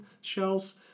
shells